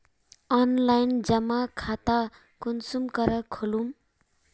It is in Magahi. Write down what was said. ऑनलाइन जमा खाता कुंसम करे खोलूम?